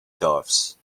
doves